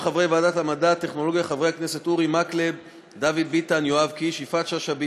בעד, 29, אין מתנגדים ואין נמנעים.